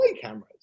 cameras